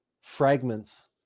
fragments